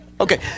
okay